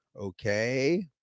Okay